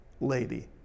lady